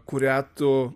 kurią tu